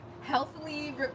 healthily